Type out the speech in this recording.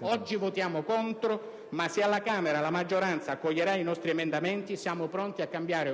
Oggi votiamo contro, ma se alla Camera la maggioranza accoglierà i nostri emendamenti siamo pronti a cambiare